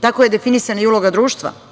Tako je definisana i uloga društva,